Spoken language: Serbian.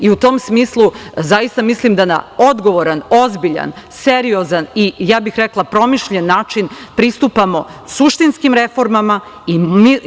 U to smislu, zaista mislim da na odgovoran, ozbiljan, seriozan i, ja bih rekla, promišljen način pristupamo suštinskim reformama.